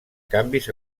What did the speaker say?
canvis